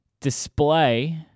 display